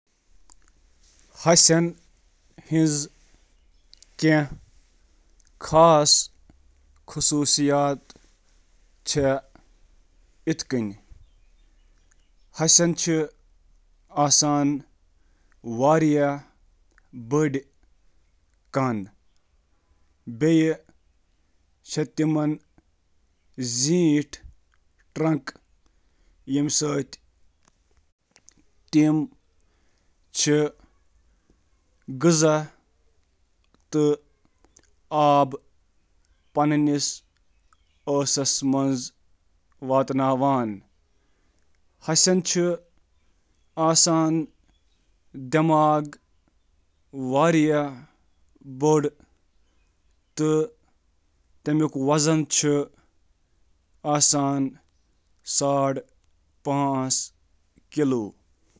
ہسہِ چھِ زٔمیٖنَس پٮ۪ٹھ سارِوٕے کھۄتہٕ بٔڑ زٔمیٖنی تھنہٕ دار جانور تہٕ یِمَن چھِ واضح پٲٹھۍ بٔڑۍ جسم، بٔڑۍ کان تہٕ زیٹھۍ تنٛڑ۔